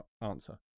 answer